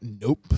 nope